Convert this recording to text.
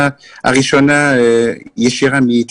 יש הרבה בתי מלון שניזונים על תיירות,